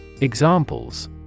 EXAMPLES